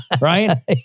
Right